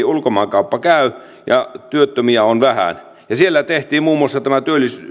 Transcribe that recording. ulkomaankauppa käy ja työttömiä on vähän siellä tehtiin muun muassa tämä